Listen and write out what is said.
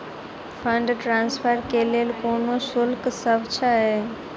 Fund transfer केँ लेल कोनो शुल्कसभ छै?